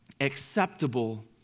acceptable